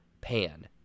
pan